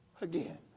Again